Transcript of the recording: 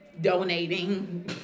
donating